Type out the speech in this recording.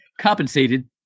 compensated